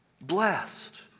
Blessed